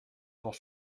pour